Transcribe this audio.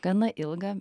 gana ilgą